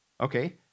Okay